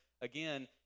again